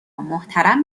محترم